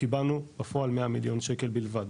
קיבלנו בפועל 100 מיליון שקל בלבד,